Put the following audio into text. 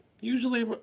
usually